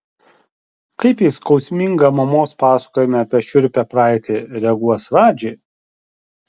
kaip į skausmingą mamos pasakojimą apie šiurpią praeitį reaguos radži